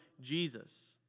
Jesus